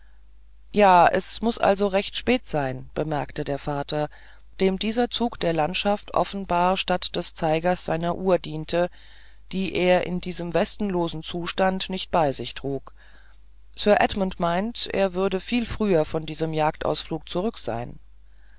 ja es muß also recht spät sein bemerkte der vater dem dieser zug der landschaft offenbar statt des zeigers seiner uhr diente die er in diesem westenlosen zustand nicht bei sich trug sir edmund meinte er würde viel früher von diesem jagdausflug zurück sein